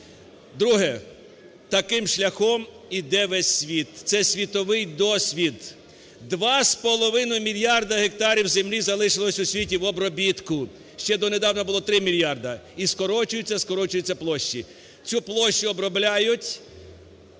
Друге. Таким шляхом іде весь світ, це світовий досвід. 2,5 мільярда гектарів землі залишилось у світі в обробітку. Ще донедавна було 3 мільярда. І скорочуються, скорочуються площі. Цю площу обробляють